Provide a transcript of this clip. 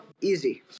Easy